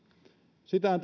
sitähän